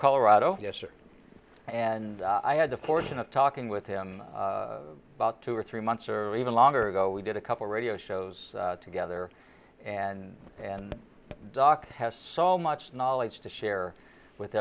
colorado yesterday and i had the fortune of talking with him about two or three months or even longer ago we did a couple radio shows together and and doc has so much knowledge to share with